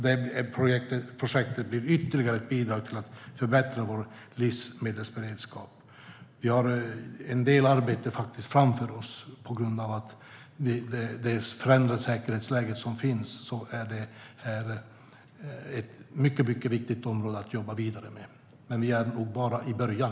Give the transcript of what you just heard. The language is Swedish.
Det blir ytterligare ett bidrag för att förbättra vår livsmedelsberedskap. Vi har en del arbete framför oss. På grund av det förändrade säkerhetsläget är det ett mycket viktigt område att jobba vidare med. Vi är nog bara i början.